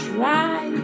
Try